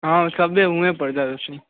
हॅं सभे उहे पर दए देथिन